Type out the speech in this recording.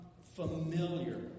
familiar